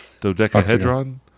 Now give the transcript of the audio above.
dodecahedron